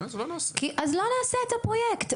אז לא נעשה את הפרויקט.